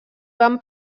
van